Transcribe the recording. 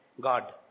God